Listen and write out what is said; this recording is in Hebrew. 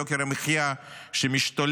יוקר המחיה שמשתולל,